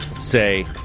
say